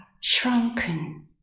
shrunken